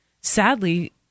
sadly